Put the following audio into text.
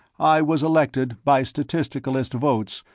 i was elected by statisticalist votes,